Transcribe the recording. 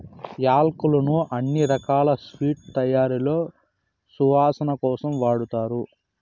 యాలక్కులను అన్ని రకాల స్వీట్ల తయారీలో సువాసన కోసం వాడతారు